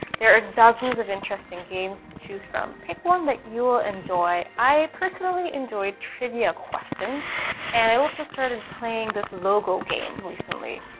there are dozens of interesting games to choose from. pick one that you will enjoy. i personally enjoyed trivia questions and i also started playing this logo game recently.